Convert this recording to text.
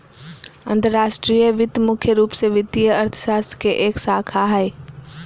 अंतर्राष्ट्रीय वित्त मुख्य रूप से वित्तीय अर्थशास्त्र के एक शाखा हय